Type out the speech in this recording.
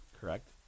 Correct